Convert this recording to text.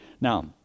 Now